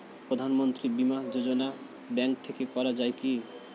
প্রধানমন্ত্রী বিমা যোজনা ব্যাংক থেকে করা যায় কি?